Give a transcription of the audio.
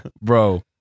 Bro